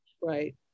Right